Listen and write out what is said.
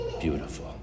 beautiful